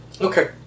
Okay